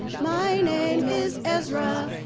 my name is ezra,